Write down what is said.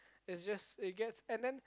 it's just it gets and then